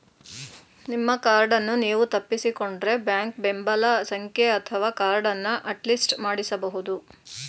ನಿಮ್ಮ ಕಾರ್ಡನ್ನು ನೀವು ತಪ್ಪಿಸಿಕೊಂಡ್ರೆ ಬ್ಯಾಂಕ್ ಬೆಂಬಲ ಸಂಖ್ಯೆ ಅಥವಾ ಕಾರ್ಡನ್ನ ಅಟ್ಲಿಸ್ಟ್ ಮಾಡಿಸಬಹುದು